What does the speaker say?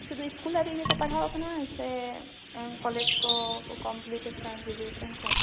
ᱥᱩᱫᱷᱩ ᱤᱥᱠᱩᱞ ᱫᱷᱟᱹᱨᱤᱡ ᱜᱮᱠᱚ ᱯᱟᱲᱦᱟᱣ ᱟᱠᱟᱱᱟ ᱥᱮ ᱠᱚᱞᱮᱡᱽ ᱠᱚᱠᱚ ᱠᱚᱢᱯᱤᱞᱤᱴ ᱠᱟᱫᱟ ᱜᱨᱟᱡᱩᱭᱮᱥᱚᱱ ᱠᱚ